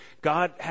God